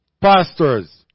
pastors